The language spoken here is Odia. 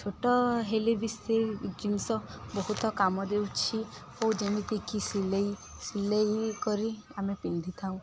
ଛୋଟ ହେଲେ ବି ସେ ଜିନିଷ ବହୁତ କାମ ଦେଉଛି ଓ ଯେମିତିକି ସିଲେଇ ସିଲେଇ କରି ଆମେ ପିନ୍ଧିଥାଉ